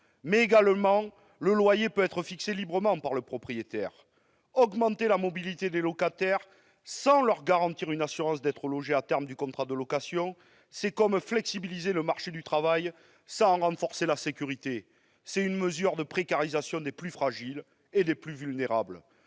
De surcroît, le loyer peut être fixé librement par le propriétaire. Augmenter la mobilité des locataires sans leur garantir un logement au terme du contrat de location, c'est comme flexibiliser le marché du travail sans renforcer la sécurité : c'est précariser les plus fragiles et les plus vulnérables.